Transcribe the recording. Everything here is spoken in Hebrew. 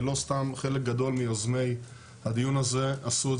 ולא סתם חלק גדול מיוזמי הדיון הזה עשו את